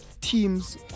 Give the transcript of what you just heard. teams